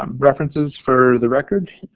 um references for the record,